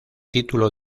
título